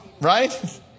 Right